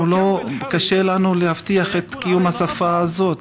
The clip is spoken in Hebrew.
קשה לנו להבטיח את קיום השפה הזאת.